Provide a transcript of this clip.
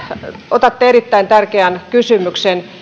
otatte erittäin tärkeän kysymyksen